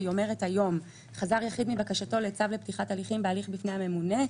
ואומרת כך: "חזר יחיד מבקשתו לצו לפתיחת הליכים בהליך בפני הממונה,